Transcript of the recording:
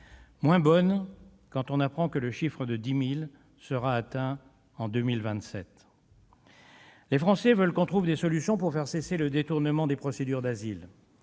moins bonne quand on apprend que le chiffre de 10 000 sera atteint en 2027 ... Les Français veulent que l'on trouve des solutions pour faire cesser le détournement des procédures d'asile.